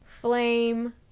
flame